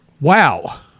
Wow